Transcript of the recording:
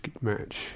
match